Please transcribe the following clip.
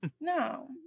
No